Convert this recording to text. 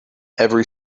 every